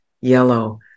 yellow